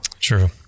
True